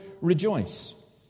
rejoice